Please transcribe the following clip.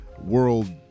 world